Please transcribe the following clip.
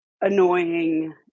annoying